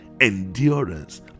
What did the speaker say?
endurance